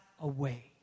away